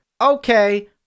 okay